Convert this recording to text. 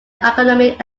economic